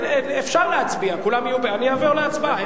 אפשר להצביע, כולם יהיו, אני עובר להצבעה.